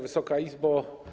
Wysoka Izbo!